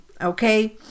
okay